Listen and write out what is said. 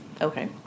Okay